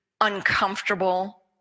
uncomfortable